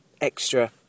extra